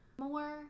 more